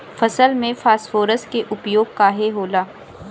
फसल में फास्फोरस के उपयोग काहे होला?